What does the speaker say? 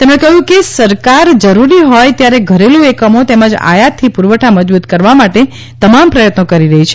તેમણે કહ્યું કે સરકાર જરૂરી હોય ત્યારે ઘરેલું એકમો તેમજ આયાતથી પુરવઠા મજબૂત કરવા માટે તમામ પ્રયત્નો કરી રહી છે